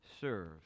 serve